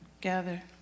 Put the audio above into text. gather